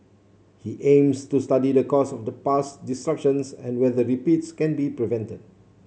he aims to study the cause of the past disruptions and whether repeats can be prevented